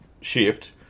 shift